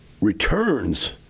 returns